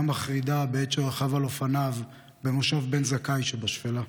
מחרידה בעת שרכב על אופניו במושב בן זכאי שבשפלה.